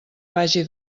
vagi